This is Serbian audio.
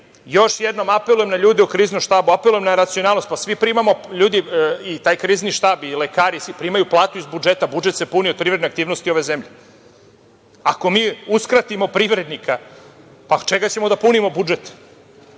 još jednom apelujem na ljude u Kriznom štabu. Apelujem na racionalnost. I taj Krizni štab, i lekari i svi primaju platu iz budžeta. Budžet se puni od privredne aktivnosti ove zemlje. Ako mi uskratimo privrednika, pa od čega ćemo da punimo budžet?